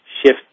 shift